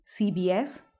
CBS